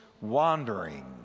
wandering